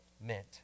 meant